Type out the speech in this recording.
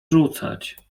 rzucać